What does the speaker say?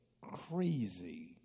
crazy